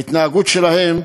ההתנהגות שלהם,